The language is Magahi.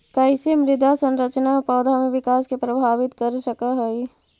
कईसे मृदा संरचना पौधा में विकास के प्रभावित कर सक हई?